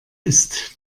ist